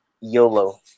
YOLO